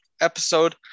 episode